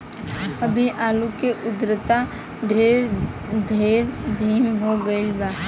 अभी आलू के उद्भव दर ढेर धीमा हो गईल बा